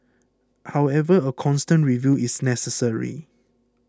however a constant review is necessary